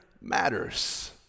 matters